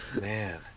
Man